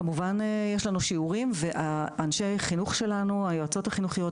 כמובן יש לנו שיעורים ואנשי החינוך שלנו היועצות החינוכיות,